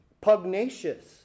pugnacious